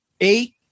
Eight